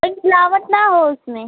कोई मिलावट न हो उसमें